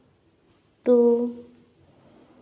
two